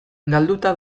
galduta